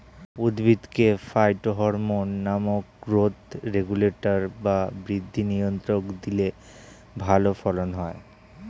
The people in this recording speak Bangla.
উদ্ভিদকে ফাইটোহরমোন নামক গ্রোথ রেগুলেটর বা বৃদ্ধি নিয়ন্ত্রক দিলে ভালো ফলন হয়